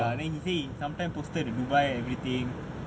ya he sometime is posted to dubai everything